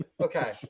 Okay